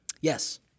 Yes